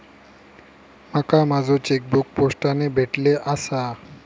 माका माझो चेकबुक पोस्टाने भेटले आसा